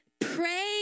Pray